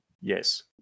Yes